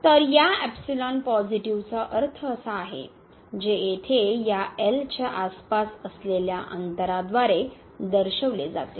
तर या एप्सिलॉन पॉझिटिव्हचा अर्थ असा आहे जे येथे या च्या आसपास असलेल्या अंतराद्वारे दर्शविले जाते